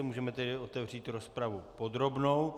Můžeme tedy otevřít rozpravu podrobnou.